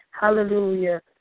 Hallelujah